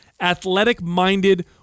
athletic-minded